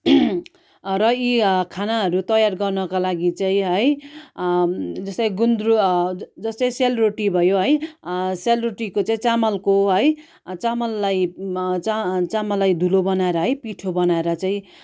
र यी खानाहरू तयार गर्नका लागि चाहिँ है जस्तै गुन्द्रुक जस्तै सेलरोटी भयो है सेलरोटीको चाहिँ चामलको है चामललाई चाहिँ चामललाई धुलो बनाएर है पिठो बनाएर चाहिँ